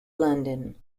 london